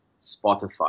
Spotify